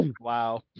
Wow